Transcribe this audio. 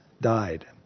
died